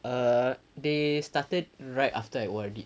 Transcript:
err they started right after I O_R_D